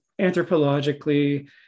anthropologically